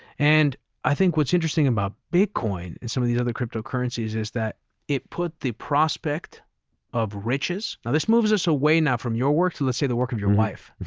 and i think what's interesting about bitcoin and some of these other cryptocurrencies is that it put the prospect of riches, now this moves us away from your work to let's say the work of your wife,